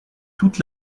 toute